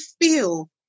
feel